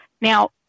Now